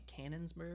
Cannonsburg